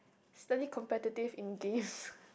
slightly competitive in games